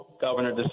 Governor